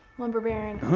lumber baron,